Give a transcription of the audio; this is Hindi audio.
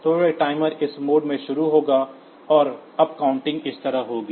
तो यह टाइमर इस मोड से शुरू होगा और अप काउंटिंग इस तरह होगी